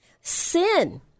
Sin